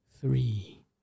three